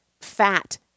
fat